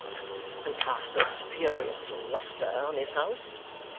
and cast a spurious lustre on his house